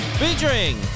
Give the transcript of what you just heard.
featuring